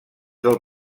del